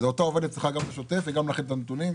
ואותה עובדת צריכה גם בשוטף וגם להכין את הנתונים.